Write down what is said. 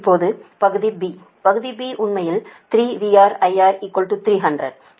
இப்போது பகுதி பகுதி உண்மையில் 3 VR IR 300 இது 3 பேஸ் MVA